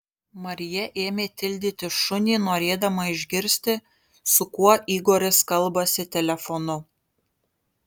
marija ėmė tildyti šunį norėdama išgirsti su kuo igoris kalbasi telefonu